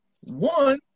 One